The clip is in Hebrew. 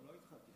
אדוני היושב-ראש,